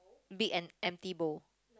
big and empty bowl